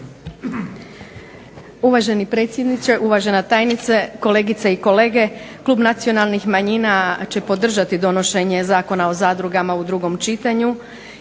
Uvaženi predsjedniče, uvažena tajnice, kolegice i kolege. Klub nacionalnih manjina će podržati donošenje Zakona o zadrugama u drugom čitanju.